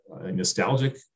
nostalgic